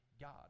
God